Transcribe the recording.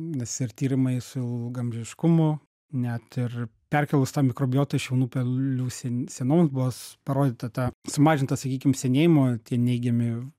nes ir tyrimai su ilgaamžiškumu net ir perkėlus tą mikrobiotą iš jaunų pelių sen senoms buvos parodyta ta sumažintas sakykim senėjimo tie neigiami